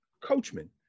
Coachman